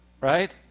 Right